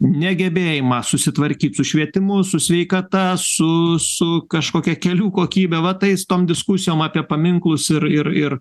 negebėjimą susitvarkyt su švietimu su sveikata su su kažkokia kelių kokybe va tais tom diskusijom apie paminklus ir ir ir